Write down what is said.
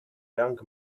young